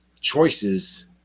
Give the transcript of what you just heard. choices